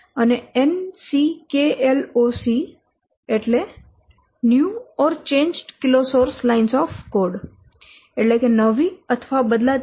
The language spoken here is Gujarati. અને NCKLOC એટલે new or changed kilo source lines of code એટલે કે નવી અથવા બદલાતી KSLOC